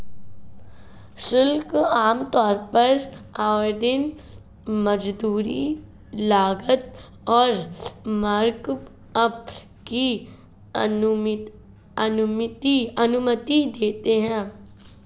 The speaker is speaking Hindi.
शुल्क आमतौर पर ओवरहेड, मजदूरी, लागत और मार्कअप की अनुमति देते हैं